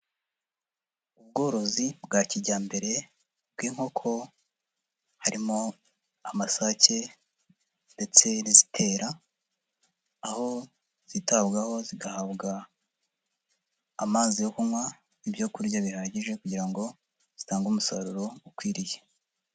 Ubworozi bwa kijyambere bw'inkoko harimo amasake ndetse n'izitera, aho zitabwaho zigahabwa amazi yo kunywa, ibyo kurya bihagije kugira ngo zitange umusaruro ukwiriye.